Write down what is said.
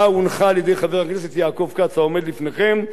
כץ העומד בפניכם וקבוצת חברי הכנסת,